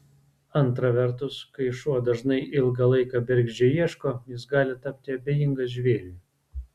antra vertus kai šuo dažnai ilgą laiką bergždžiai ieško jis gali tapti abejingas žvėriui